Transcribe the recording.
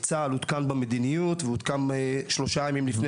צה"ל עודכן במדיניות ועודכן שלושה ימים לפני